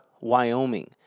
Wyoming